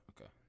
okay